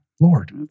Lord